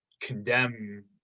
condemn